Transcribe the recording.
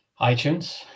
iTunes